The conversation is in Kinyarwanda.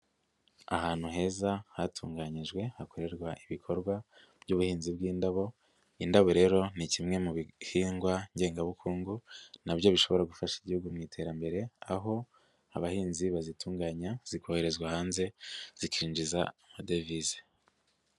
Ahantu heza hatunganyijwe, hakorerwa ibikorwa by'ubuhinzi bw'indabo, indabo rero ni kimwe mu bihingwa ngengabukungu na byo bishobora gufasha igihugu mu iterambere, aho abahinzi bazitunganya, zikoherezwa hanze, zikinjiza amadovize.